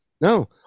no